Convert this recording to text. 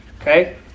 Okay